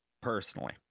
personally